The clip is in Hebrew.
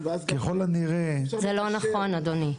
זה לא נכון אדוני.